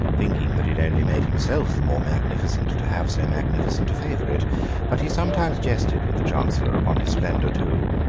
thinking that it only made himself the more magnificent to have so magnificent a favourite but he sometimes jested with the chancellor upon his splendour too.